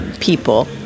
people